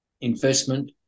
investment